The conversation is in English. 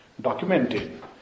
Documented